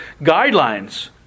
guidelines